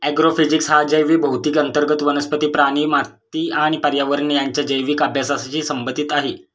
agrophysics हा जैवभौतिकी अंतर्गत वनस्पती, प्राणी, माती आणि पर्यावरण यांच्या जैविक अभ्यासाशी संबंधित आहे